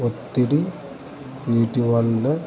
ఒత్తిడి వీటి వల్ల